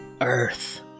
Earth